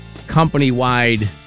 company-wide